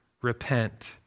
Repent